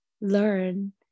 learn